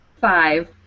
five